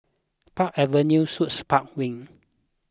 Park Avenue Suites Park Wing